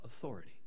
authority